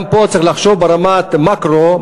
גם פה צריך לחשוב ברמת המקרו,